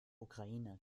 ukraine